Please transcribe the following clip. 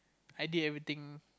I did everything